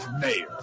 mayor